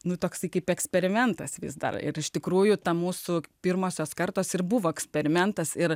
nu toks kaip eksperimentas vis dar ir iš tikrųjų tą mūsų pirmosios kartos ir buvo eksperimentas ir